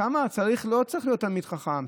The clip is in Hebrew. שם לא צריך להיות תלמיד חכם,